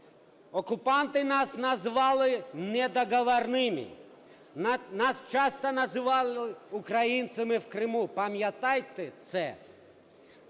Окупанти нас назвали "недоговорными". Нас часто називали "українцями в Криму". Пам'ятайте це.